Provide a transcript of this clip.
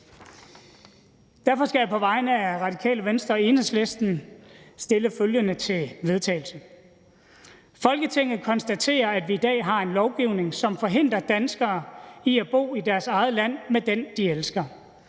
Derfor skal jeg på vegne af Radikale Venstre og Enhedslisten fremsætte følgende: Forslag til vedtagelse »Folketinget konstaterer, at vi i dag har en lovgivning, som forhindrer danskere i at bo i deres eget land med den, de elsker.